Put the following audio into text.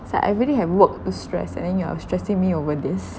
it's like I already have work stress and then you are stressing me over this